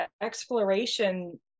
exploration